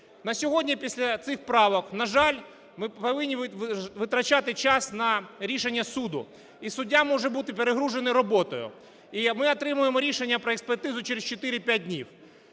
На сьогодні після цих правок, на жаль, повинні витрачати час на рішення суду, і суддя може бути перегружений роботою, і ми отримуємо рішення про експертизу через